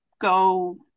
go